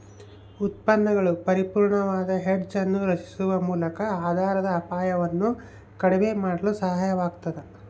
ಉತ್ಪನ್ನಗಳು ಪರಿಪೂರ್ಣವಾದ ಹೆಡ್ಜ್ ಅನ್ನು ರಚಿಸುವ ಮೂಲಕ ಆಧಾರದ ಅಪಾಯವನ್ನು ಕಡಿಮೆ ಮಾಡಲು ಸಹಾಯವಾಗತದ